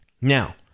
Now